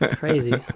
crazy.